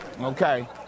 okay